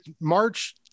March